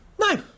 no